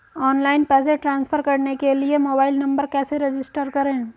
Online पैसे transfer करने के लिए मोबाइल नंबर कैसे रजिस्टर करें?